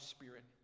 Spirit